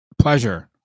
pleasure